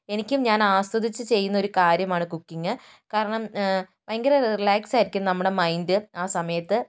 എനിക്കും ഞാനാസ്വദിച്ച് ചെയ്യുന്നൊരു കാര്യമാണ് കുക്കിങ്ങ് കാരണം ഭയങ്കര റീലാക്സായിരിക്കും നമ്മുടെ മൈൻഡ് ആ സമയത്ത്